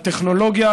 הטכנולוגיה,